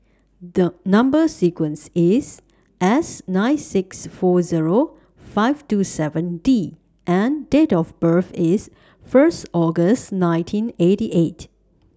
The Number sequence IS S nine six four Zero five two seven D and Date of birth IS First August nineteen eighty eight